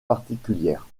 particulière